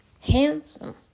handsome